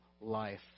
life